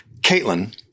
Caitlin